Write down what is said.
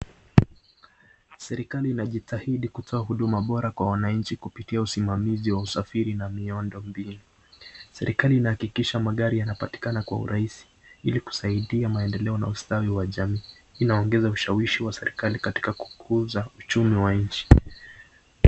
Serikali inajitahidi kutoa huduma bora kwa wananchi kupitia usimamizi wa usafiri na miondo mbinu. Serikali inahakikisha magari yanapatikana kwa urahisi ili kusaidia maendeleo na ustawi wa jamii. Hii inaongeza ushawishi wa serikali katika kukuza uchumi wa nchi.